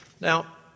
Now